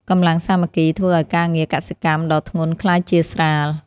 កម្លាំងសាមគ្គីធ្វើឱ្យការងារកសិកម្មដ៏ធ្ងន់ក្លាយជាស្រាល។